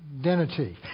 identity